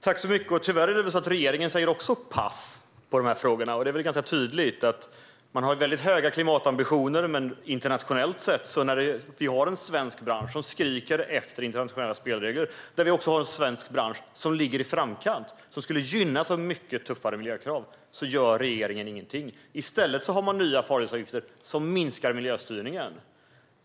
Herr talman! Tyvärr säger också regeringen pass när det gäller de här frågorna. Man har väldigt höga klimatambitioner internationellt sett. Men när vi har en svensk bransch som skriker efter internationella spelregler - en bransch som ligger i framkant och som skulle gynnas av mycket tuffare miljökrav - gör regeringen ingenting. I stället har man nya farledsavgifter som minskar miljöstyrningen.